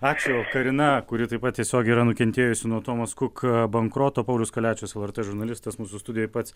ačiū karina kuri taip pat tiesiogiai yra nukentėjusi nuo tomas kuk bankroto paulius kaliačius lrt žurnalistas mūsų studijoj pats